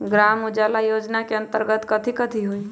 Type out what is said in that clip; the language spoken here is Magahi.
ग्राम उजाला योजना के अंतर्गत कथी कथी होई?